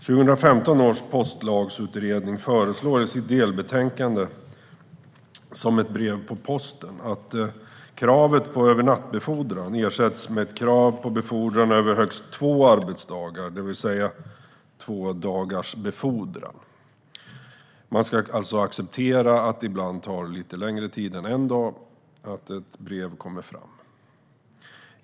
2015 års postlagsutredning föreslår i sitt delbetänkande Som ett brev på posten att kravet på övernattbefordran ersätts med ett krav på befordran över högst två arbetsdagar, det vill säga tvådagarsbefordran. Man ska alltså acceptera att det ibland tar lite längre tid än en dag för ett brev att komma fram.